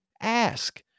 ask